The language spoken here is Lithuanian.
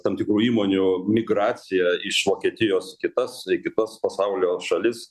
tam tikrų įmonių migracija iš vokietijos į kitas į kitas pasaulio šalis